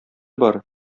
бар